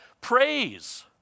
praise